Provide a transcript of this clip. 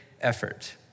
effort